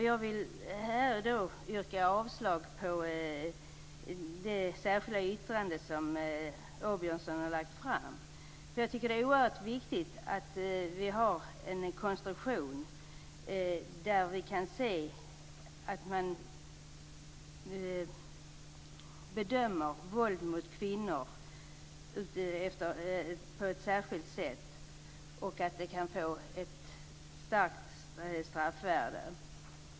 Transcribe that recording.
Jag vill yrka avslag på det särskilda yrkande som Åbjörnsson har lagt fram. Det är oerhört viktigt att vi har en konstruktion där vi kan se att man bedömer våld mot kvinnor på ett särskilt sätt och att det blir ett starkt straffvärde.